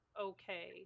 okay